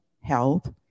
health